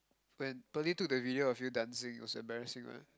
when Pearlie took the video of you dancing it was embarrassing right